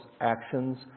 actions